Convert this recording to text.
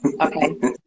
Okay